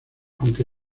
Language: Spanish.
aunque